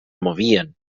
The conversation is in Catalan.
movien